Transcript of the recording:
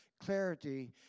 clarity